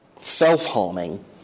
self-harming